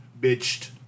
Bitched